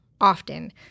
often